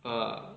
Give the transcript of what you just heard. ah